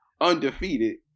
undefeated